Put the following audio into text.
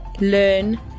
learn